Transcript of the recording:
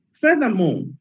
furthermore